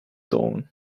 dawn